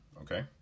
okay